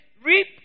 Reap